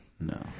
No